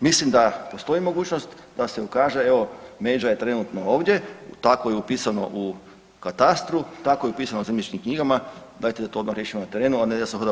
Mislim da postoji mogućnost da se ukaže, evo, međa je trenutno ovdje, tako je upisano u katastru, tako je upisano u zemljišnim knjigama, dajte da to odmah riješimo na terenu, a ne da se hoda po sudovima.